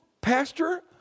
Pastor